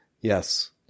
Yes